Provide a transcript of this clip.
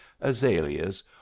azaleas